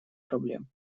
проблем